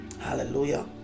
hallelujah